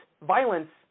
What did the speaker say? violence